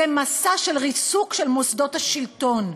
זה מסע של ריסוק מוסדות השלטון.